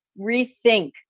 rethink